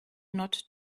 not